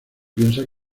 piensa